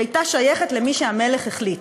היא הייתה שייכת למי שהמלך החליט,